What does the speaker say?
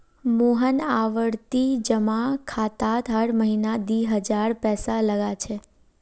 मोहन आवर्ती जमा खातात हर महीना दी हजार पैसा लगा छे